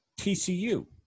TCU